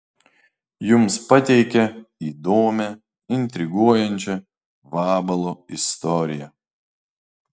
jums pateikia įdomią intriguojančią vabalo istoriją